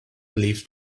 leafed